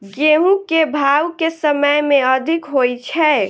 गेंहूँ केँ भाउ केँ समय मे अधिक होइ छै?